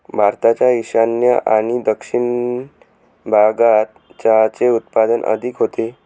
भारताच्या ईशान्य आणि दक्षिण भागात चहाचे उत्पादन अधिक होते